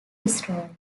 destroyed